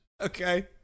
Okay